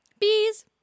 Bees